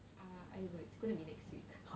ah I don't know it's going to be next week